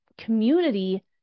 community